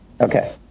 Okay